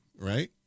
Right